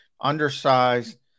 undersized